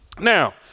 Now